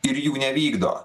ir jų nevykdo